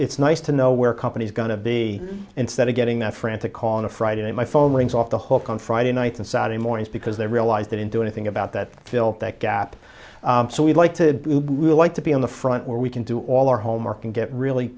it's nice to know where companies going to be instead of getting that frantic call on a friday my phone rings off the hook on friday night and saturday mornings because they realize that in do anything about that fill that gap so we'd like to like to be on the front where we can do all our homework and get really